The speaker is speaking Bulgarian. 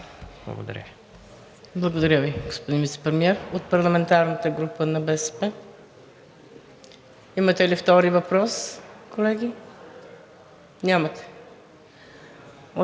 НАЛБАНТ: Благодаря Ви, господин Вицепремиер. От парламентарната група на БСП имате ли втори въпрос, колеги? Нямате.